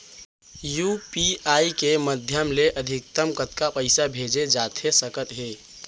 UPI के माधयम ले अधिकतम कतका पइसा भेजे जाथे सकत हे?